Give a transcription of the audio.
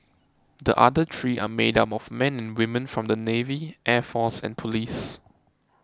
the other three are made up of men and women from the navy air force and police